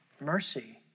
Mercy